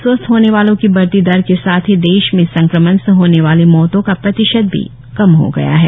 स्वस्थ होने वालों की बढती दर के साथ ही देश में इस संक्रमण से होने वाली मौतों का प्रतिशत भी कम हो गया है